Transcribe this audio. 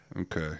Okay